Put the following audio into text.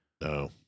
No